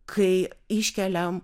kai iškeliam